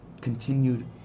continued